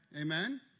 Amen